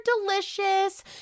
delicious